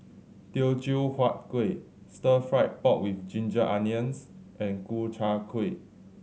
Teochew Huat Kuih Stir Fried Pork With Ginger Onions and Ku Chai Kuih